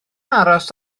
aros